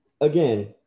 again